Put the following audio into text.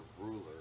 ruler